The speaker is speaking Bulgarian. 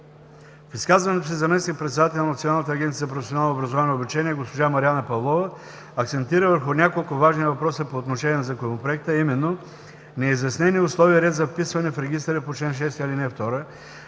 В изказването си заместник-председателят на Националната агенция за професионално образование и обучение госпожа Марияна Павлова, акцентира върху няколко важни въпроса по отношение на Законопроекта, а именно: неизяснени условия и ред за вписване в Регистъра по чл. 6, ал. 2;